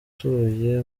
batuye